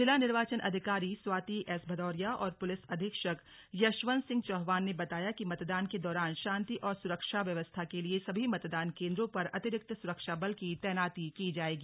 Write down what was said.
जिला निर्वाचन अधिकारी स्वाति एस भदौरिया और पुलिस अधीक्षक यशवंत सिंह चौहान ने बताया कि मतदान के दौरान शांति और सुरक्षा व्यवस्था के लिए सभी मतदान केन्द्रों पर अतिरिक्त सुरक्षा बल की तैनाती की जाएगी